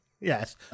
yes